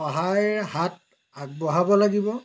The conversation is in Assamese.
সহায়ৰ হাত আগবঢ়াব লাগিব